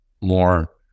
more